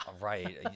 Right